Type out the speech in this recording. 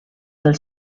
del